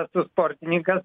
esu sportininkas